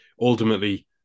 ultimately